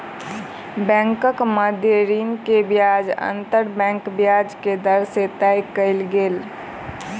बैंकक मध्य ऋण के ब्याज अंतर बैंक ब्याज के दर से तय कयल गेल